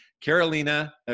carolina